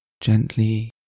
Gently